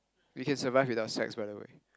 we can survive without sex by the way